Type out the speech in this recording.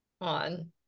on